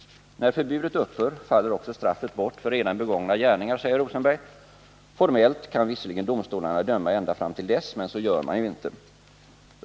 När förbudet upphör faller också straffet bort för redan begångna gärningar, säger Rosenberg. Formellt kan visserligen domstolarna döma ända fram till dess, men så gör man ju inte.